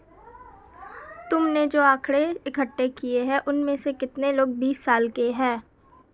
तुमने जो आकड़ें इकट्ठे किए हैं, उनमें से कितने लोग बीस साल के हैं?